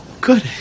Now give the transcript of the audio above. good